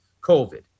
COVID